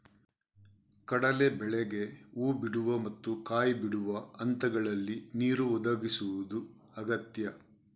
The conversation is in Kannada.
ಕಡಲೇ ಬೇಳೆಗೆ ಹೂ ಬಿಡುವ ಮತ್ತು ಕಾಯಿ ಬಿಡುವ ಹಂತಗಳಲ್ಲಿ ನೀರು ಒದಗಿಸುದು ಅಗತ್ಯ